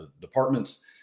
departments